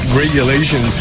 regulation